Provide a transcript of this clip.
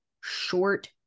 short